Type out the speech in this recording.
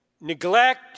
neglect